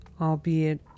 albeit